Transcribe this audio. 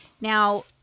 Now